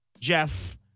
Jeff